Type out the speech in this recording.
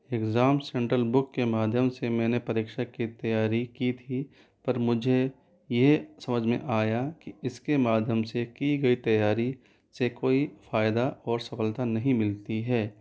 exam central book के माध्यम से मैंने परीक्षा की तैयारी की थी पर मुझे यह समझ में आया कि इसके माध्यम से की गई तैयारी से कोई फ़ायदा और सफलता नहीं मिलती है